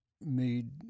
made